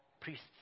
priests